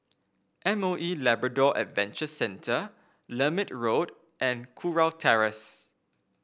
M O E Labrador Adventure Centre Lermit Road and Kurau Terrace